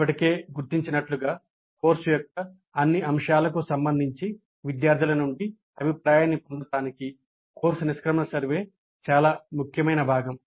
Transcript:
ఇప్పటికే గుర్తించినట్లుగా కోర్సు యొక్క అన్ని అంశాలకు సంబంధించి విద్యార్థుల నుండి అభిప్రాయాన్ని పొందటానికి కోర్సు నిష్క్రమణ సర్వే చాలా ముఖ్యమైన భాగం